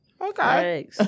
okay